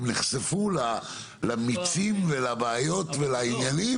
הם נחשפו למיצים ולבעיות ולעניינים,